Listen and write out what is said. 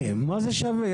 מה זה שווה לה?